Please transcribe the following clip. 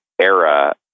era